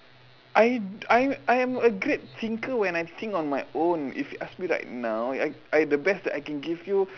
I I I am a great thinker when I think on my own if you ask me like now I I the best that I can give you